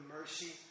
mercy